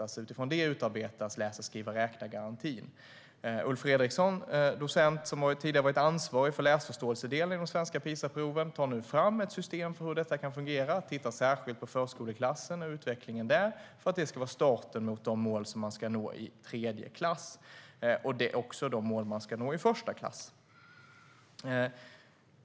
Utifrån det utarbetas läsa-skriva-räkna-garantin. Docent Ulf Fredriksson som tidigare varit ansvarig för läsförståelsedelen i de svenska PISA-proven tar nu fram ett system för hur detta kan fungera. Han tittar särskilt på förskoleklassen och utvecklingen där för att det ska vara starten mot de mål som eleverna ska nå i tredje klass och också de mål som de ska nå i första klass.